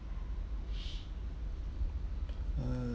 uh